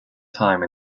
time